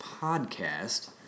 podcast